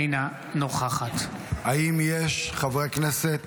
אינה נוכחת האם יש חברי כנסת